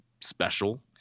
special